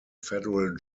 federal